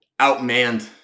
outmanned –